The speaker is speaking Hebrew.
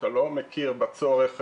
שאתה לא מכיר בצורך,